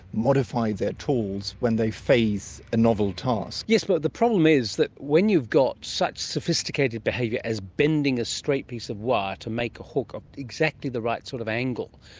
modify their tools when they face a novel task. yes, but the problem is that when you've got such sophisticated behaviour as bending a straight piece of wire to make a hook of exactly the right sort of angle.